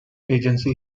agency